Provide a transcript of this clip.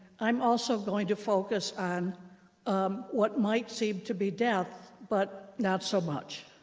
i'm also going to focus on what might seem to be death, but not so much.